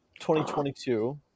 2022